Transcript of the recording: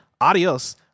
Adios